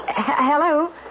Hello